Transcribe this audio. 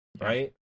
Right